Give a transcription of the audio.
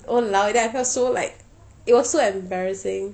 !walao! eh then I felt so like it so embarrassing